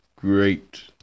great